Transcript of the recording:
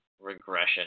regression